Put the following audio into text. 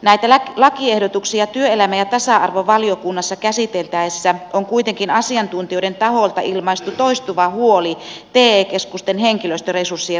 näitä lakiehdotuksia työelämä ja tasa arvovaliokunnassa käsiteltäessä on kuitenkin asiantuntijoiden taholta ilmaistu toistuva huoli te keskusten henkilöstöresurssien riittävyydestä